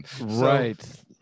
Right